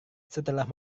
setelah